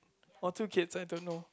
or two kids I don't know